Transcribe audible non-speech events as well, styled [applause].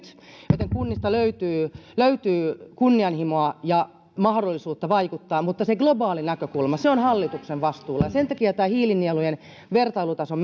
joten kunnista löytyy löytyy kunnianhimoa ja mahdollisuutta vaikuttaa mutta se globaali näkökulma on hallituksen vastuulla ja sen takia tämä hiilinielujen vertailutason [unintelligible]